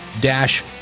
dash